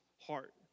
heart